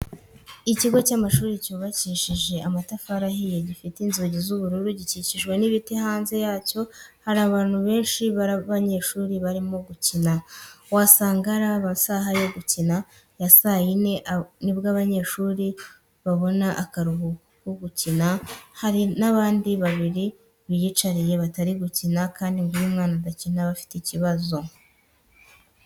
Ikigo cy'ishuri cyubakishije amatafari ahiye gifite inzugi z'ubururu gikikijwe nibiti byinshi hanze yacyo haraba benshi babanyeshuri barimo gukina wasanga ari amasaha yo gukina ya saa yine nibwo abanyeshuri babona akaruhuko bagakina hari abandi babiri biyicariye batarimo gukina kandi ngo iyo umwana adakina aba afite ikibazo.